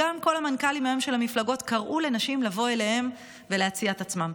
גם כל המנכ"לים היום של המפלגות קראו לנשים לבוא אליהם ולהציע את עצמן.